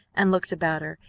and looked about her,